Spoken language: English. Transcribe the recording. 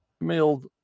mailed